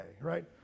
right